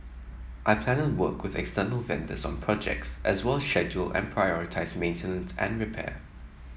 I plan and work with external vendors on projects as well schedule and prioritise maintenance and repair